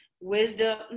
wisdom